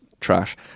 trash